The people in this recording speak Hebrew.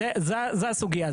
זו הסוגייה.